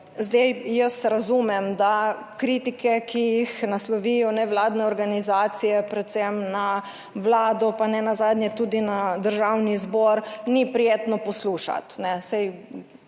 Zdaj, jaz razumem, da kritike, ki jih naslovijo nevladne organizacije, predvsem na Vlado, pa nenazadnje tudi na Državni zbor, ni prijetno poslušati,